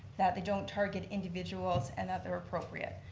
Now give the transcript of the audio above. that they don't target individuals and that they are appropriate.